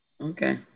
Okay